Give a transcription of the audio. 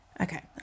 Okay